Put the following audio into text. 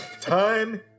Time